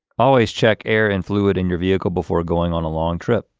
always check air and fluid in your vehicle before going on a long trip.